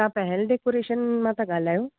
तव्हां पहेल डेकोरेशन मां था गाल्हायो